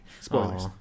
Spoilers